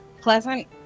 pleasant